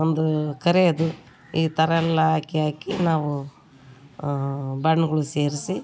ಒಂದು ಕರೀದು ಈ ಥರ ಎಲ್ಲ ಹಾಕಿ ಹಾಕಿ ನಾವು ಬಣ್ಣಗಳ್ ಸೇರಿಸಿ